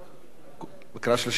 קריאה שלישית, כולל לוח התיקונים,